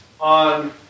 on